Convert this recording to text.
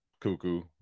cuckoo